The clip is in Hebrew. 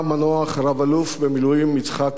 רב-אלוף במילואים יצחק רבין,